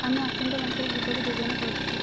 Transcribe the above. ଆମେ ଆସନ୍ତା ମାସରେ ଯିବାକୁ ଯୋଜନା କରୁଛୁ